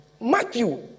Matthew